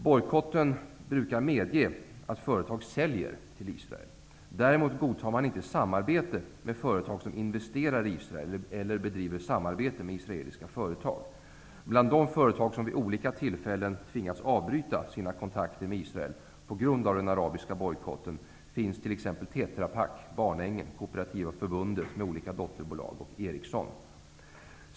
Bojkotten brukar medge att företag säljer till Israel, däremot godtar man inte samarbete med företag som investerar i Israel eller bedriver samarbete med israeliska företag. Bland de företag som vid olika tillfällen tvingats avbryta sina kontakter med Israel på grund av den arabiska bojkotten finns t.ex. Tetrapak, Barnängen, och Ericsson.